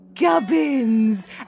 Gubbins